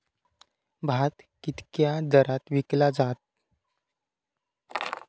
भात कित्क्या दरात विकला जा?